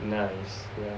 nice